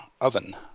oven